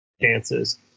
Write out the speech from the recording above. chances